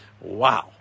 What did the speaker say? Wow